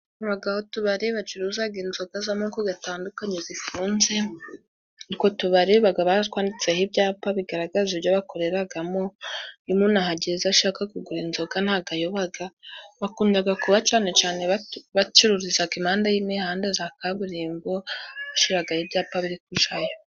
Habaho utubare bacuruza inzoga z'amoko atandukanye, zifunze utwo tubare baba baratwanditseho ibyapa bigaragaza ibyobakoreramo, nkiyo umuntu ahageze ashaka kugura inzoga, ntabwo ayoba, bakunda kuba cyane cyane, bacururiza impande y'imihanda ya kaburimbo, basyiayo ibyapa biri kujyayo.